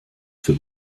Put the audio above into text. für